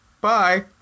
bye